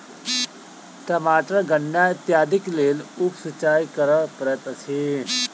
टमाटर गन्ना इत्यादिक लेल उप सिचाई करअ पड़ैत अछि